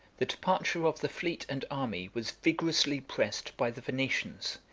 the departure of the fleet and army was vigorously pressed by the venetians,